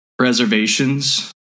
reservations